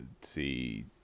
see